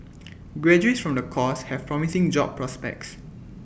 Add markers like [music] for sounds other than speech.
[noise] graduates from the course have promising job prospects